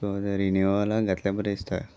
so रिन्यूवाक घातल्याले बरें दिसताय